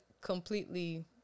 completely